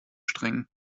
streng